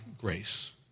grace